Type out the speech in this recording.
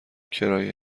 کرایه